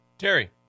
Terry